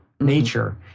nature